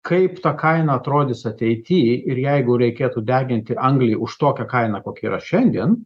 kaip ta kaina atrodys ateity ir jeigu reikėtų deginti anglį už tokią kainą kokia yra šiandien